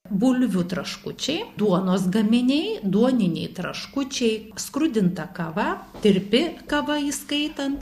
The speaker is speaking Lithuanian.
bulvių taškučiai duonos gaminiai duoniniai traškučiai skrudinta kava tirpi kava įskaitant